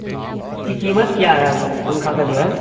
اس کی کیمت کیا ہے وہ پنکھا کا جو ہے